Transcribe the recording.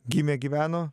gimė gyveno